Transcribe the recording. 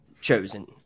chosen